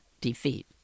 defeat